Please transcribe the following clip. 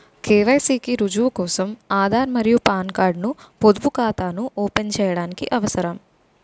KYC కి రుజువు కోసం ఆధార్ మరియు పాన్ కార్డ్ ను పొదుపు ఖాతాను ఓపెన్ చేయడానికి అవసరం